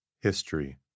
History